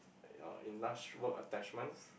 your industrial work attachments